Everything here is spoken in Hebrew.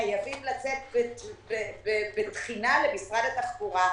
חייבים לצאת בתחינה למשרד התחבורה.